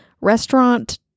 restaurant